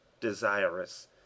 desirous